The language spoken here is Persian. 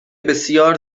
بسیار